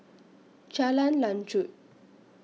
Jalan Lanjut